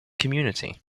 community